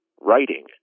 writing